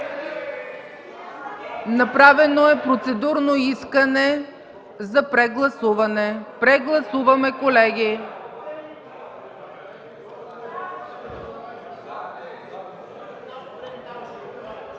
Направено е процедурно искане за прегласуване. (Реплики.) Прегласуваме, колеги!